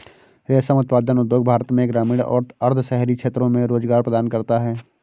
रेशम उत्पादन उद्योग भारत में ग्रामीण और अर्ध शहरी क्षेत्रों में रोजगार प्रदान करता है